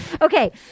Okay